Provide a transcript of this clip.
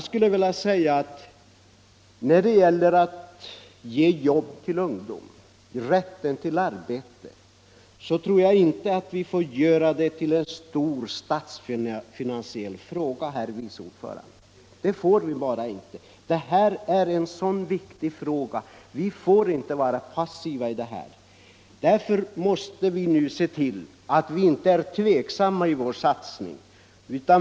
Frågan om att ge ungdomarna jobb och att tillförsäkra dem rätten till arbete tror jag inte vi bör göra till en stor statsfinansiell fråga. Det är en så viktig fråga att vi inte får vara passiva. Vi får inte tveka att satsa.